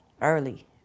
early